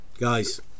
Guys